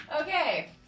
Okay